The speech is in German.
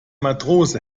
matrose